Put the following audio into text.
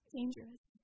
Dangerous